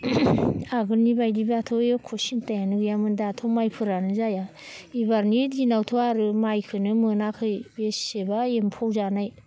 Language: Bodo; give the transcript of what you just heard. आगोलनिबायदिब्लाथ' एख' सिन्थायानो गैयामोन दाथ' माइफोरानो जाया एबारनि दिनावथ' आरो माइखोनो मोनाखै बेसेबा एम्फौ जानाय